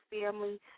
family